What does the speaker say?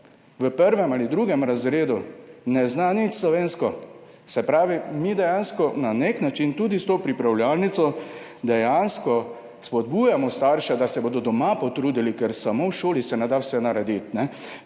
v 1. ali 2. razredu ne zna nič slovensko. Se pravi, mi na nek način tudi s to pripravljalnico dejansko spodbujamo starše, da se bodo doma potrudili, ker samo v šoli se ne da vse narediti.